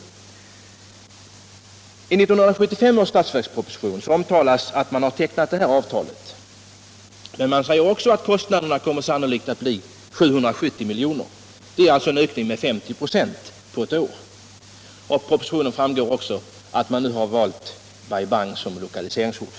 I 1975 års statsverksproposition omtalas att man har tecknat det här avtalet, men man säger också att kostnaderna sannolikt kommer att uppgå till 770 milj.kr., dvs. en ökning med 50 96 på ett år. Av propositionen framgår också att man nu har valt Bai Bang som lokaliseringsort.